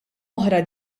oħra